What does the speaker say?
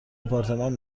آپارتمان